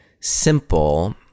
simple